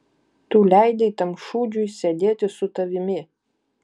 tu leidai tam šūdžiui sėdėti su tavimi